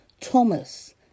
Thomas